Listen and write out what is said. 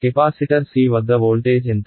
capacitor C వద్ద voltage ఎంత